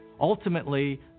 Ultimately